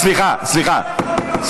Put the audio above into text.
סליחה,